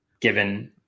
given